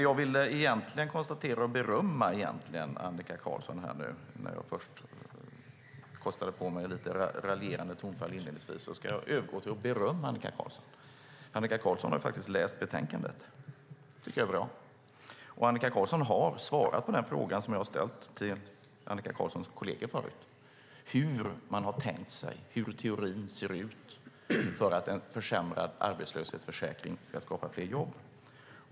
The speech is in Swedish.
Jag kostade på mig ett lite raljerande tonfall inledningsvis, och jag ska nu övergå till att berömma Annika Qarlsson. Hon har faktiskt läst betänkandet, och det tycker jag är bra. Och Annika Qarlsson har svarat på den fråga som jag har ställt till hennes kolleger förut, hur man har tänkt sig det här, hur teorin ser ut för att en försämrad arbetslöshetsförsäkring ska skapa fler jobb.